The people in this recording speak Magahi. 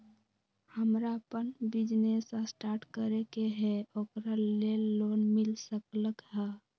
हमरा अपन बिजनेस स्टार्ट करे के है ओकरा लेल लोन मिल सकलक ह?